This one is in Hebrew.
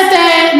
תשמעי,